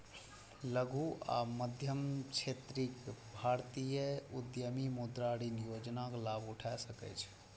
लघु आ मध्यम श्रेणीक भारतीय उद्यमी मुद्रा ऋण योजनाक लाभ उठा सकै छै